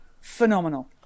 phenomenal